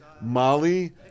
Molly